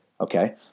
Okay